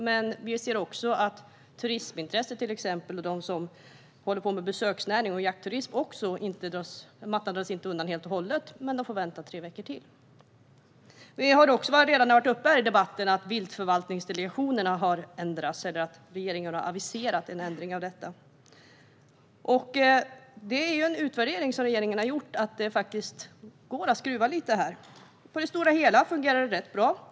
Mattan dras dock inte undan helt och hållet för dem som håller på med besöksnäring och jaktturism, men de får vänta tre veckor till. Regeringen har också aviserat en ändring av viltförvaltningsdelegationerna, vilket redan har tagits upp i debatten här. Regeringen har gjort en utvärdering och kommit fram till att det faktiskt går att skruva lite här. På det stora hela fungerar det rätt bra.